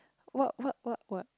what what what what